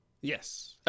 yes